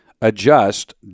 adjust